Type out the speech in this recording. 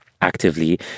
actively